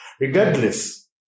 regardless